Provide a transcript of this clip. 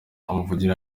umugira